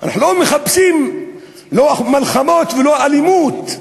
אנחנו לא מחפשים, לא מלחמות ולא אלימות.